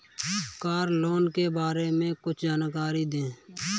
Car loan के बारे में कुछ जानकारी दें?